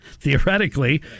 theoretically